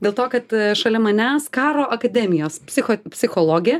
dėl to kad šalia manęs karo akademijos psicho psichologė